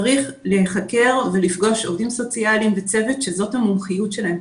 צריך להיחקר ולפגוש עובדים סוציאליים וצוות שזאת המומחיות שלהם.